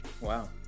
Wow